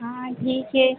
हाँ ठीक हे